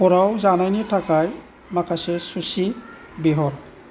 हराव जानायनि थाखाय माखासे सुसि बिहर